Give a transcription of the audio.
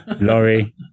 Laurie